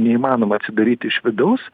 neįmanoma atsidaryti iš vidaus